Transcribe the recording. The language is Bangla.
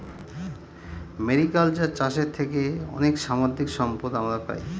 মেরিকালচার চাষের থেকে অনেক সামুদ্রিক সম্পদ আমরা পাই